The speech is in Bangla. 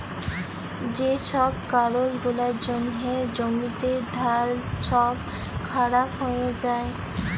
যে ছব কারল গুলার জ্যনহে জ্যমিতে ধাল ছব খারাপ হঁয়ে যায়